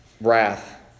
wrath